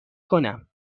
کنم